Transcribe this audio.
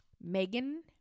Megan